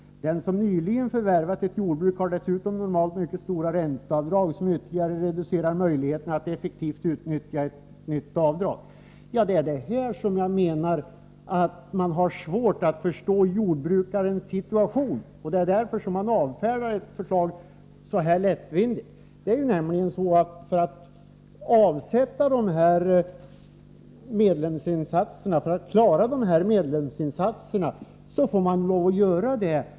Den som nyligen förvärvat ett jordbruk har dessutom normalt mycket stora ränteavdrag som ytterligare reducerar möjligheterna att effektivt utnyttja ett nytt avdrag.” Man har alltså svårt att förstå jordbrukarens situation, och därför avfärdar man förslaget så lättvindigt. Dessa medlemsinsatser måste tas från en beskattad inkomst.